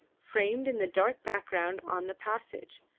framed in the dark background on the passage,